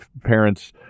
parents